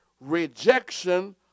rejection